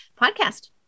podcast